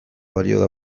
balio